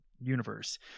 universe